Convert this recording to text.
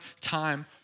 time